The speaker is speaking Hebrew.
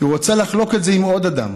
היא רוצה לחלוק את זה עם עוד אדם,